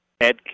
Ed